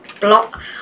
block